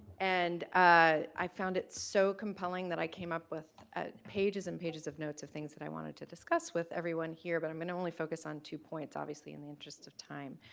and i found it so compelling that i came up with ah pages and pages of notes of things that i wanted to discuss with everyone here, but i'm going to only focus on two points obviously in the interest of time.